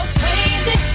crazy